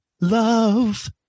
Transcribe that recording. love